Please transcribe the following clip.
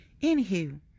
anywho